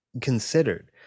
considered